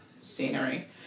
scenery